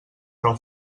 prou